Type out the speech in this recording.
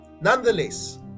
Nonetheless